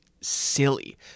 silly